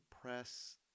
press